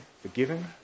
forgiven